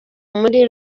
muri